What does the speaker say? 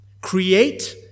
Create